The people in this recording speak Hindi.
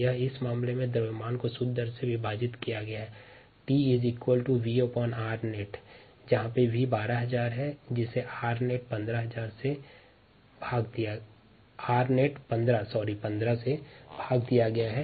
वर्तमान परिदृश्य में द्रव्यमान को शुद्ध दर से भाग किया गया है